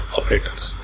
operators